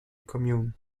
commune